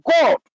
God